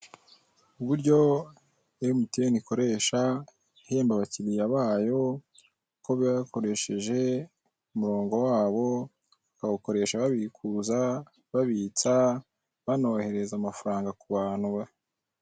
Uburyo emutiyene ikoresha ihemba abakiriya bayo ko bakoresheje umurongo wabo bakawukoresha babikuza, babitsa, banohereza amafaranga ku bantu.